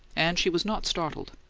and she was not startled.